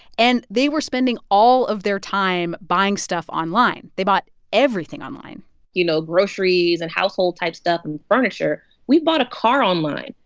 and they were spending all of their time buying stuff online. they bought everything online you know, groceries and household-type stuff and furniture. we've bought a car online.